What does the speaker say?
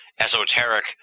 esoteric